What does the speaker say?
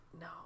No